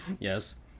Yes